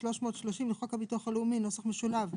330 לחוק הביטוח הלאומי (נוסח משולב),